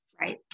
Right